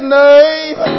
name